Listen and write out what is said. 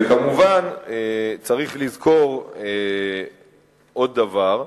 וכמובן, צריך לזכור עוד דבר: